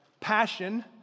passion